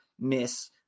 miss